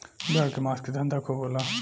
भेड़ के मांस के धंधा खूब होला